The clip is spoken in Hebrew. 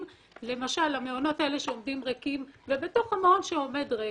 למשל למעונות האלה שעומדים ריקים ובתוך המעון שעומד ריק,